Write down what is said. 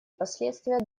последствия